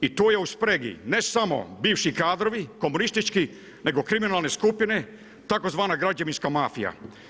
I tu je u spregi ne samo bivši kadrovi, komunistički nego kriminalne skupine, tzv. građevinska mafija.